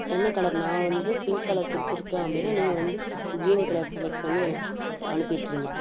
என்ன கலர் நான் வந்து பிங்க் கலர் கொடுத்து இருக்கேன் அப்படின்னா நீங்கள் வந்து கிரீன் கலர் செலக்ட் பண்ணி எனக்கு அனுப்பி இருக்கீங்க